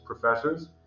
professors